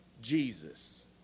Jesus